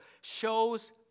shows